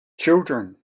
children